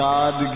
God